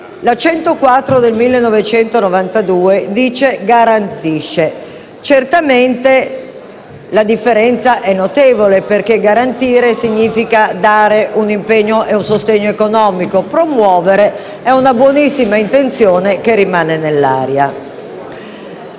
n. 104 del 1992 garantisce e certamente la differenza è notevole, perché garantire significa assicurare un impegno e un sostegno economico; promuovere è una buonissima intenzione che rimane nell'aria.